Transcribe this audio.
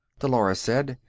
dolores said.